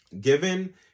Given